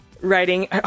writing